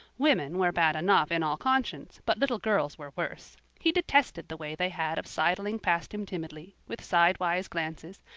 women were bad enough in all conscience, but little girls were worse. he detested the way they had of sidling past him timidly, with sidewise glances,